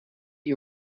you